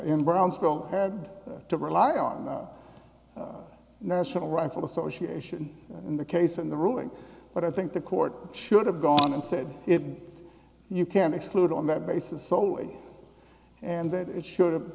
in brownsville had to rely on the national rifle association in the case in the ruling but i think the court should have gone and said it you can't exclude on that basis soley and that it should